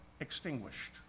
extinguished